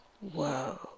Whoa